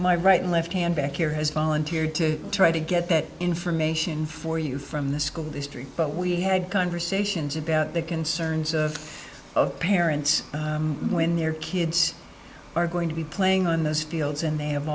and left hand back here has volunteered to try to get that information for you from the school district but we had conversations about the concerns of parents when their kids are going to be playing on those fields and they have